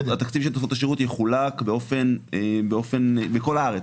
התקציב של תוספות השירות יחולק בכל הארץ.